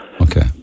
Okay